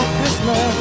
Christmas